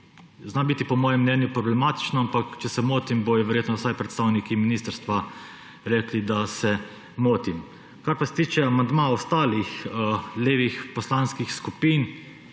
zna biti po mojem mnenju problematično, ampak če se motim, bodo verjetno vsaj predstavniki ministrstva rekli, da se motim. Kar pa se tiče amandmaja ostalih levih poslanskih skupin,